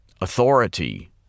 authority